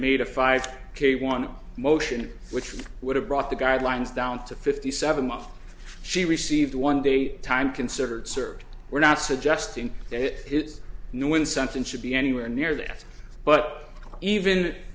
made a five k one motion which would have brought the guidelines down to fifty seven off she received one day time considered cert we're not suggesting that it is now when something should be anywhere near that but even